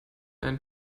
ein